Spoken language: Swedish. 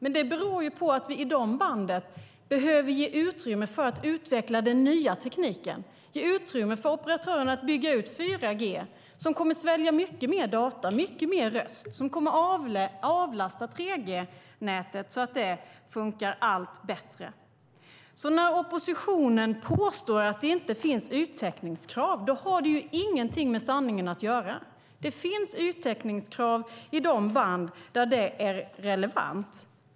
Men det beror på att vi i dessa band behöver ge utrymme för att utveckla den nya tekniken och ge utrymme för operatören att bygga ut 4G som kommer att svälja mycket mer data och så vidare och som kommer att avlasta 3G-nätet så att det funkar allt bättre. När oppositionen påstår att det inte finns yttäckningskrav har det därför ingenting med sanningen att göra. Det finns yttäckningskrav i de band där det är relevant.